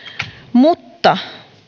mutta